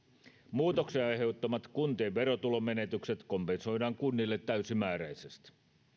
muutoksien aiheuttamat kuntien verotulomenetykset kompensoidaan kunnille täysimääräisesti